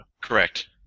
Correct